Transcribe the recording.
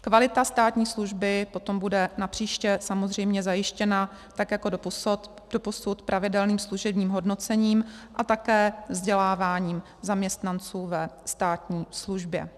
Kvalita státní služby potom bude napříště samozřejmě zajištěna tak jako doposud pravidelným služebním hodnocením a také vzděláváním zaměstnanců ve státní službě.